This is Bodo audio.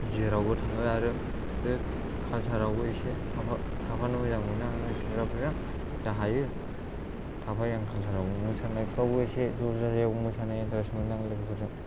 जेरावबो थाङो आरो काल्सार आवबो एसे थाफानो मोजां मोनो आङो सेंग्राफोरजों जा हायो थाफायो आं काल्सार आवबो मोसानायफोरावबो एसे ज'ज' जाजायाव मोसानो इन्टारेस्ट मोनो आं लोगोफोरजों